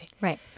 Right